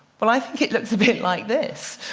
well i think it looks a bit like this.